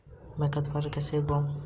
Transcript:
मैं खरपतवार कैसे हटाऊं?